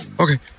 okay